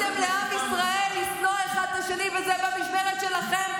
כמה שטויות וקשקוש.